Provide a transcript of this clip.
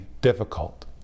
difficult